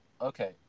okay